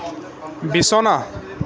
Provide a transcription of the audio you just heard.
বিছনা